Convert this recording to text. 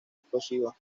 explosivas